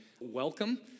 welcome